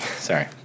Sorry